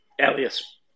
Elias